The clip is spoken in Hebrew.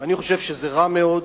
אני חושב שזה רע מאוד.